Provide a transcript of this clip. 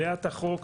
יודע את החוק,